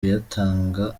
kuyatanga